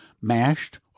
Mashed